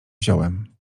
wziąłem